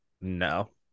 no